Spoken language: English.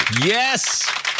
Yes